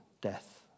death